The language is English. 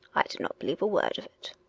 i did not believe a word of it.